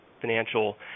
financial